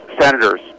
senators